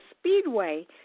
Speedway